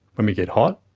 when we get hot,